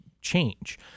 change